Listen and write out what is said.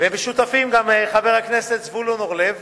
שותפים גם חבר הכנסת זבולון אורלב